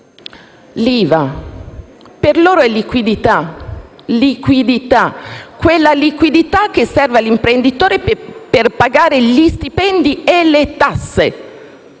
l'IVA, che per loro è liquidità, quella liquidità che serve all'imprenditore per pagare gli stipendi e le tasse,